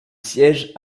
siège